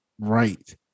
right